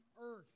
earth